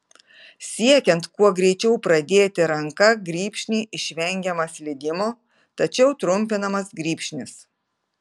siekiant kuo greičiau pradėti ranka grybšnį išvengiama slydimo tačiau trumpinamas grybšnis